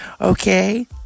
Okay